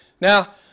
Now